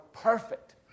perfect